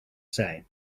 say